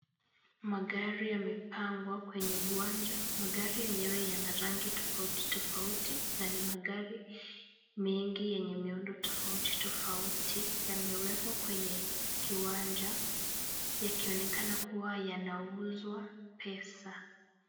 Magari yamepangwa kwenye uwanja. Magari yenyewe yana rangi tofauti tofauti na ni magari mengi yenye miundo tofauti tofauti. Yamewekwa kwenye kiwanja yakionekana kuwa yanauzwa pesa.